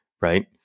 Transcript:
right